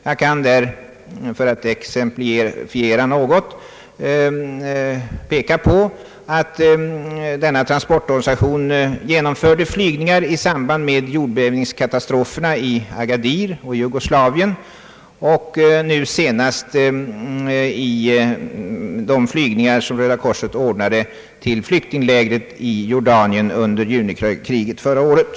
Jag kan 'där, för att exemplifiera något, peka på att denna transportorganisation genomförde flygningar i samband med jordbävningskatastroferna i Agadir och Jugoslavien och nu senast vid Röda Korsets hjälpaktioner till flyktingarna i Jordanien efter junikriget förra året.